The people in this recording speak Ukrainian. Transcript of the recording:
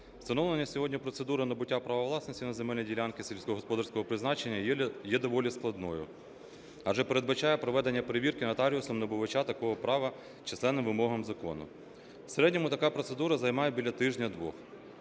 Встановлена на сьогодні процедура набуття права власності на земельні ділянки сільськогосподарського призначення є доволі складною, адже передбачає проведення перевірки нотаріусом набувача такого права численним вимогам закону. В середньому така процедура займає біля тижня-двох.